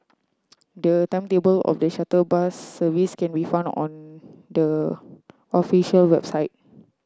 the timetable of the shuttle service can be found on the official website